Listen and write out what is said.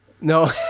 No